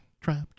Trapped